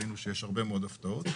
וראינו שיש עוד הרבה מאוד הפתעות.